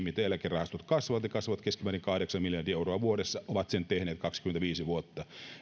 miten eläkerahastot kasvavat ne kasvavat keskimäärin kahdeksan miljardia euroa vuodessa ovat sen tehneet kaksikymmentäviisi vuotta